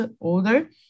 older